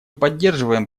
поддерживаем